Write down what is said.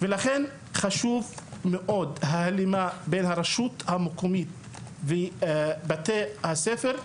ולכן חשוב מאוד ההלימה בין הרשות המקומית ובתי הספר.